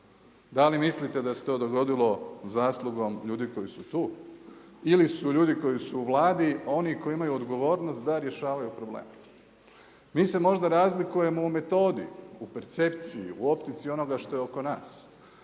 Da li mislite da se to dogodilo zaslugom ljudi koji su tu ili su ljudi koji su u Vladi oni koji imaju odgovornost da rješavaju probleme? Mi se možda razlikujemo u metodi, u percepciji, u optici onoga što je oko nas,